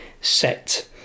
set